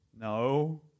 No